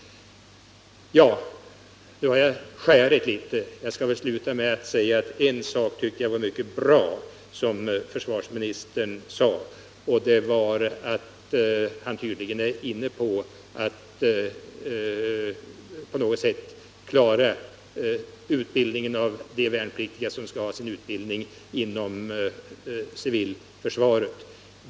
Då har jag skällt litet. En sak som försvarsministern sade var mycket bra. Han är tydligen inne på att på något sätt klara utbildningen av de värnpliktiga som skall få sin utbildning inom civilförsvaret.